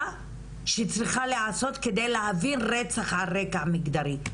שצריכה להיעשות כדי להעביר רצח על רקע מגדרי.